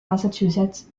massachusetts